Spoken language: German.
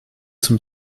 zum